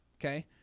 okay